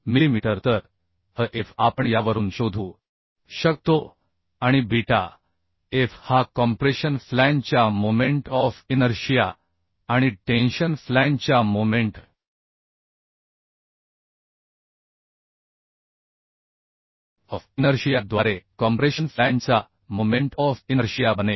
millimetre तर hf आपण यावरून शोधू शकतो आणि बीटा f हा कॉम्प्रेशन फ्लॅंजच्या मोमेंट ऑफ इनर्शिया आणि टेंशन फ्लॅंजच्या मोमेंट ऑफ इनर्शिया द्वारे कॉम्प्रेशन फ्लॅंजचा मोमेंट ऑफ इनर्शिया बनेल